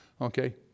okay